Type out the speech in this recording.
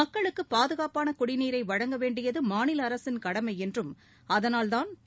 மக்களுக்கு பாதுகாப்பான குடிநீரை வழங்க வேண்டியது மாநில அரசின் கடமை என்றும் அதனால்தாள்